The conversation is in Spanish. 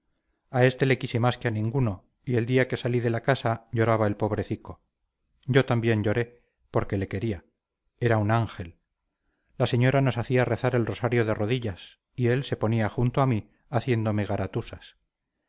a este le quise más que a ninguno y el día que salí de la casa lloraba el pobrecico yo también lloré porque le quería era un ángel la señora nos hacía rezar el rosario de rodillas y él se ponía junto a mí haciéndome garatusas